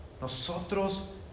nosotros